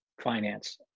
finance